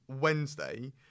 Wednesday